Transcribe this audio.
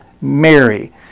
Mary